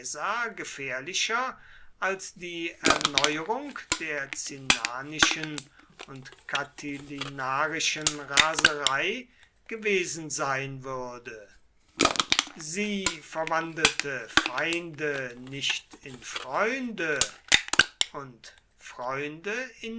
gefährlicher als die erneuerung der cinnanischen und catilinarischen raserei gewesen sein würde sie verwandelte feinde nicht in freunde und freunde